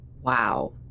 wow